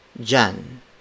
Jan